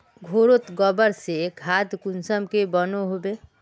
घोरोत गबर से खाद कुंसम के बनो होबे?